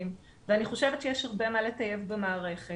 ואני חושבת שיש הרבה מה לטייב במערכת,